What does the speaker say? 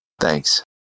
Thanks